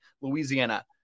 Louisiana